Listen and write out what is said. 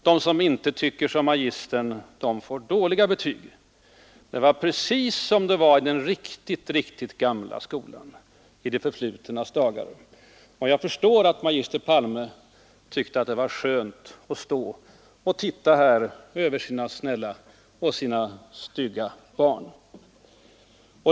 De som inte tycker som magistern får dåliga betyg — precis som det var i den gamla skolan, i det förflutnas dagar. Jag förstår att magister Palme tyckte att det var skönt att stå här och titta ut över sina snälla och stygga barn.